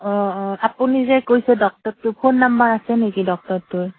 অঁ অঁ আপুনি যে কৈছে ডক্তৰটো ফোন নাম্বাৰ আছে নেকি ডক্তৰটোৰ